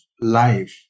life